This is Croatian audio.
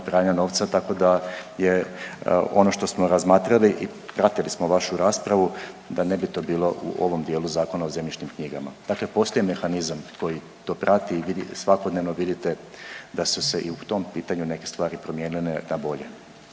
pranja novca, tako da je ono što smo razmatrali i pratili smo vašu raspravu da ne bi to bilo u ovom dijelu Zakona o zemljišnim knjigama, dakle postoji mehanizam koji to prati i vidi, svakodnevno vidite da su se i u tom pitanju neke stvari promijenile na bolje,